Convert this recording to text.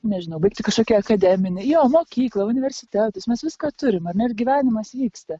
nežinau baigti kažkokią akademinę jo mokyklą universitetus mes viską turim ar ne ir gyvenimas vyksta